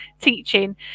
teaching